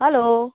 hello